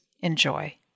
Enjoy